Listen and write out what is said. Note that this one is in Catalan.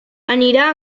anirà